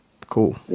Cool